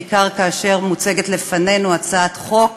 בעיקר כאשר מוצגת לפנינו הצעת חוק